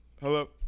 Hello